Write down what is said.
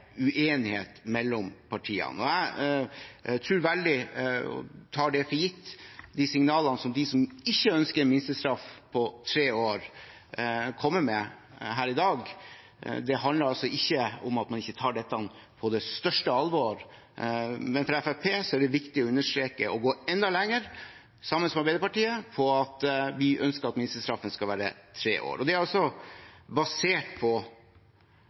uenighet mellom partiene. Jeg tar for gitt at signalene fra dem som ikke ønsker en minstestraff på tre år, ikke handler om at man ikke tar dette på det største alvor. Men for Fremskrittspartiet er det viktig å gå enda lenger og å understreke sammen med Arbeiderpartiet at vi ønsker at minstestraffen skal være tre år. Det er basert på